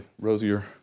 rosier